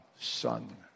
son